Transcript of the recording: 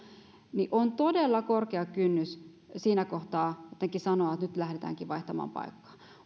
ja on todella korkea kynnys siinä kohtaa sanoa että nyt lähdetäänkin vaihtamaan paikkaa